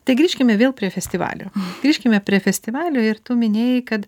tai grįžkime vėl prie festivalio grįžkime prie festivalio ir tu minėjai kad